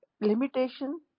limitation